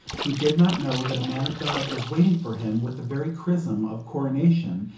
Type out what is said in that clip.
he did not know that a man of god was waiting for him with the very chrism of coronation,